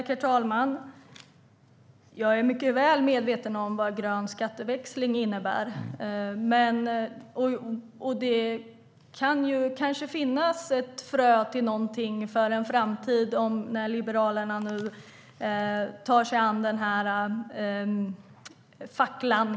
Herr talman! Jag är väl medveten om vad grön skatteväxling innebär. Kanske sås ett frö för framtiden nu när Liberalerna tar denna fackla.